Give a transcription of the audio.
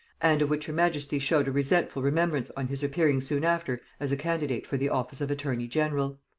and of which her majesty showed a resentful remembrance on his appearing soon after as a candidate for the office of attorney-general.